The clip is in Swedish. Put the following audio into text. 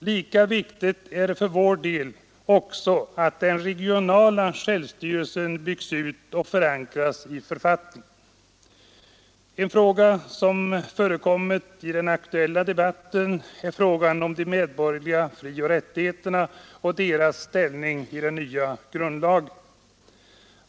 Lika viktigt är det för oss att den regionala självstyrelsen byggs ut och förankras i författningen. En fråga som har förekommit i den aktuella debatten är de medborgerliga frioch rättigheterna samt deras ställning i det nya grundlagsförslaget.